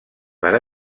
per